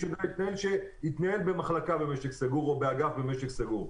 שיתנהל במחלקה או באגף במשק סגור.